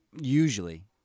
usually